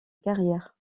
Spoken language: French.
carrière